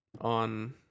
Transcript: on